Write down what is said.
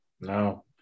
no